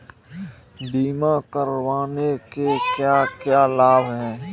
बीमा करवाने के क्या क्या लाभ हैं?